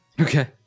Okay